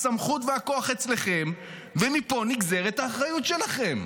הסמכות והכוח אצלכם, ומפה נגזרת האחריות שלכם.